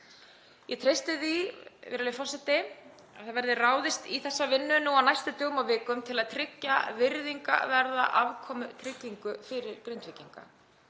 Ég treysti því, virðulegi forseti, að það verði ráðist í þessa vinnu nú á næstu dögum og vikum til að tryggja virðingarverða afkomutryggingu fyrir Grindvíkinga.